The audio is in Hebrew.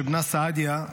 שבנה סעדיה,